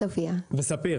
וסופיה